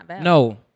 No